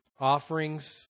offerings